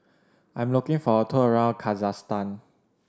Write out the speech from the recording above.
I am looking for a tour around Kazakhstan